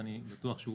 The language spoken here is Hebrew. ואני בטוח שהוא